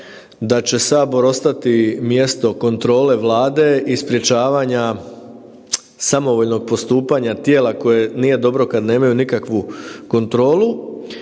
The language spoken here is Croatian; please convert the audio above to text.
da će Sabor ostati mjesto kontrole Vlade i sprječavanja samovoljnog postupanja tijela koje nije dobro kada nemaju nikakvu kontrolu